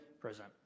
Present